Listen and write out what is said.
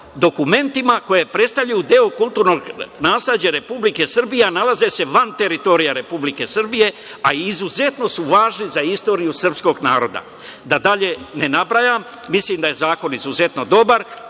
dokumentima koja predstavljaju deo kulturnog nasleđa Republike Srbije, a nalaze se van teritorije Republike Srbije, a izuzetno su važni za istoriju srpskog naroda. Da dalje ne nabrajam. Mislim da je zakon izuzetno dobar.